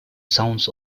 sounds